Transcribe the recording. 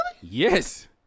Yes